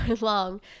long